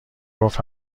گفت